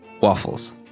waffles